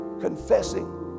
confessing